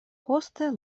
poste